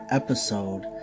episode